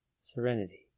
serenity